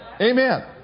Amen